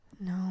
no